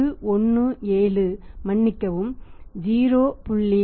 817 மன்னிக்கவும் 0